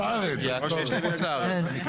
יש להם מה לעשות בחוץ לארץ.